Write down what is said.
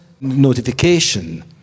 notification